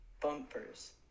Bumpers